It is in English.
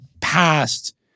past